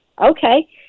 okay